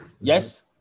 Yes